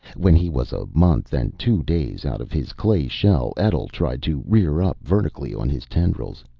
when he was a month and two days out of his clay shell, etl tried to rear up vertically on his tendrils.